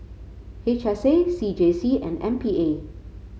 H S A C J C and M P A